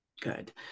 good